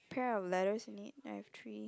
pair of letters in it I have three